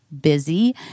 busy